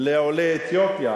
לעולי אתיופיה